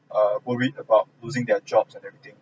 uh worried about losing their jobs and everything